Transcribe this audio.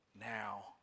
now